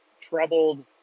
troubled